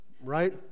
right